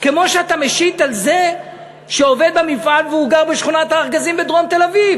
כמו שאתה משית על זה שעובד במפעל והוא גר בשכונת-הארגזים בדרום תל-אביב,